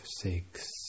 six